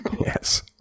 Yes